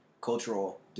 cultural